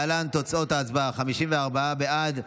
להלן תוצאות ההצבעה: 54 בעד,